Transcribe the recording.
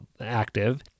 active